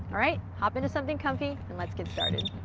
alright, hop into something comfy, and let's get started.